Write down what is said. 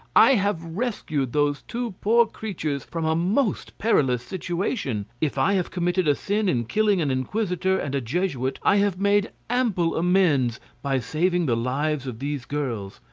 i have rescued those two poor creatures from a most perilous situation. if i have committed a sin in killing an inquisitor and a jesuit, i have made ample amends by saving the lives of these girls.